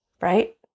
right